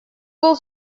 был